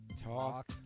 Talk